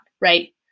right